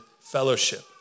fellowship